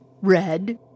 Red